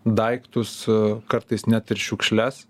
daiktus kartais net ir šiukšles